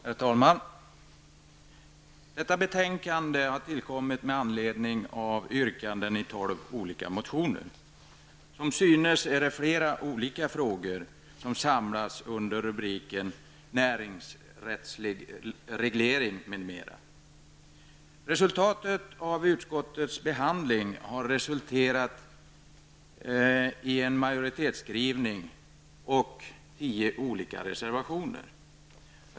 Herr talman! Detta betänkande har tillkommit med anledning av yrkanden i tolv olika motioner. Som synes är det flera olika frågor som har samlats under rubriken Näringsrättslig reglering, m.m. Resultatet av utskottets behandling har resulterat i en majoritetsskrivning samt tio olika reservationer.